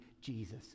Jesus